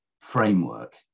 framework